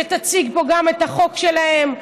שתציג פה גם את החוק שלהם.